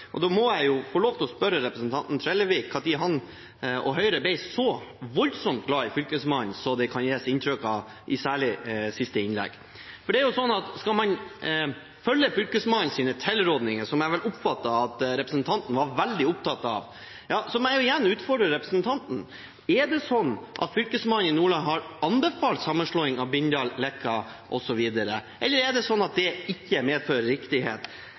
og da må jeg få lov til å spørre representanten Trellevik om når han og Høyre ble så voldsomt glad i Fylkesmannen, som det gis inntrykk av, særlig i siste innlegg. Skal man følge Fylkesmannens tilrådinger, som jeg oppfatter at representanten Trellevik var veldig opptatt av, må jeg igjen utfordre representanten: Har fylkesmannen i Nordland anbefalt sammenslåing av Bindal, Leka osv., eller medfører det ikke riktighet?